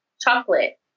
chocolate